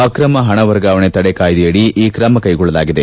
ಅಕ್ರಮ ಹಣ ವರ್ಗಾವಣೆ ತಡೆ ಕಾಯ್ದೆಯಡಿ ಈ ಕ್ರಮ ಕೈಗೊಳ್ಳಲಾಗಿದೆ